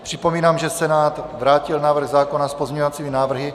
Připomínám, že Senát vrátil návrh zákona s pozměňovacími návrhy.